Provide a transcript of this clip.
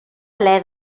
alé